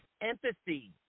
empathy